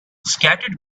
scattered